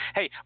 Hey